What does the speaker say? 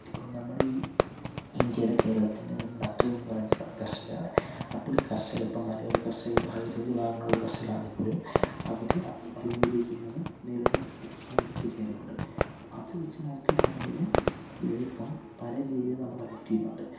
ഇപ്പം നമ്മുടെ ഈ ഇന്ത്യയുടെ കേരളത്തിൻ്റെ തന്നെ നട്ടൽ എന്ന് പറയുന്ന കർഷകരാണ് അപ്പോൾ ഈ കർഷകർ ഇപ്പം മലയോര കർഷകർ ഇപ്പം ഹൈ റേഞ്ച് ഭാഗങ്ങളിലുള്ള കർഷകരാണെപ്പോലും അവർ അഭിമുഖരിക്കുന്നതും നേരിടുന്ന പ്രശ്നങ്ങൾ ഒത്തിരി ഏറേ ഉണ്ട് അത് വെച്ച് നോക്കെയാണെങ്കിൽ ഇത് ഇപ്പം പല രീതിയിൽ നമ്മളെ അഫക്റ്റ് ചെയ്യുന്നുണ്ട്